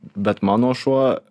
bet mano šuo